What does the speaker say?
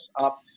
up